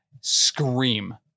Scream